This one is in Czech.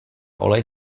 olej